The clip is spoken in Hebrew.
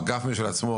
אגף משל עצמו,